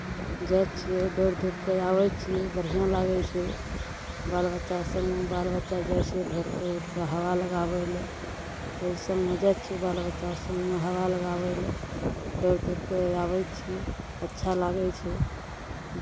जाइ छियै दौड़ धूप कऽ आबै छियै बढ़िआँ लागै छै बाल बच्चा सभमे बाल बच्चा जाइ छै भोरकेँ उठि कऽ हवा लगाबै लए ओहि सभमे जाइ छियै बाल बच्चा सभमे हवा लगाबै लए दौड़ धूप कऽ आबै छियै अच्छा लागै छै